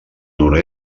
nord